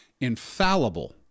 infallible